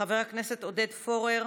חבר הכנסת עודד פורר,